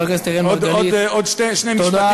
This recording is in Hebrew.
חבר הכנסת אראל מרגלית, עוד שני משפטים.